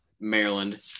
Maryland